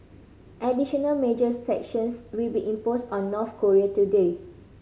additional major sanctions will be imposed on North Korea today